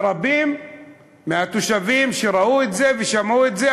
ורבים מהתושבים שראו את זה ושמעו את זה,